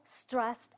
stressed